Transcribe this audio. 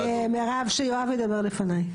מירב, שיואב ידבר לפניי.